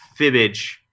Fibbage